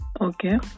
Okay